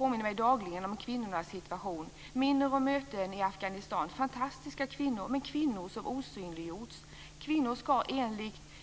påminner mig dagligen om kvinnornas situation och minner om möten i Afghanistan, fantastiska kvinnor men kvinnor som osynliggjorts.